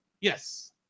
Yes